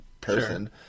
person